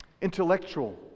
Intellectual